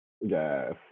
Yes